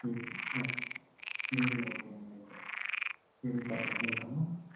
okay okay అమ్మా అయితే సర్లేమ్మా ఉంటామ్మా